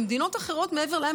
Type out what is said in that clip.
במדינות אחרות מעבר לים,